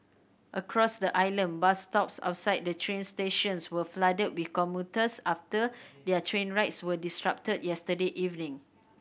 across the island bus stops outside the train stations were flooded with commuters after their train rides were disrupted yesterday evening